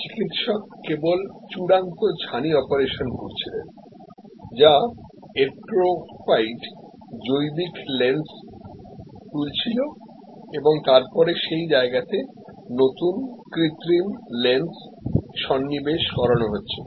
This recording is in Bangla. চিকিত্সক কেবল চূড়ান্ত ছানি অপারেশন করছিলেন যা এট্রোফাইড জৈবিক লেন্স তুলছিল এবং তারপরে সেই জায়গাতে নতুন কৃত্রিম লেন্স সন্নিবেশ করানো হচ্ছিল